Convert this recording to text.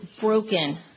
broken